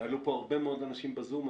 יעלו פה הרבה מאוד אנשים בזום.